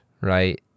right